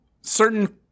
certain